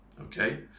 okay